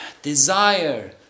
desire